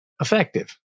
Effective